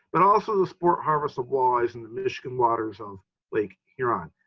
but also the sport harvest of walleyes in the michigan waters of lake huron.